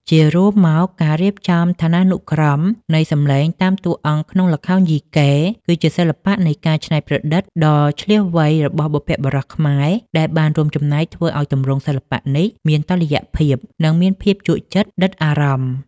ជារួមមក ការរៀបចំឋានានុក្រមនៃសំឡេងតាមតួអង្គក្នុងល្ខោនយីកេ គឺជាសិល្បៈនៃការច្នៃប្រឌិតដ៏ឈ្លាសវៃរបស់បុព្វបុរសខ្មែរ ដែលបានរួមចំណែកធ្វើឱ្យទម្រង់សិល្បៈនេះមានតុល្យភាព និងមានភាពជក់ចិត្តដិតអារម្មណ៍។